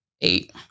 Eight